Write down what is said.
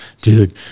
dude